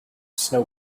snow